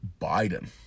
Biden